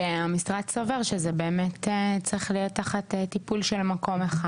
שהמשרד סובר שזה באמת צריך להיות תחת טיפול של מקום אחד.